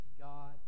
God